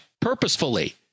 purposefully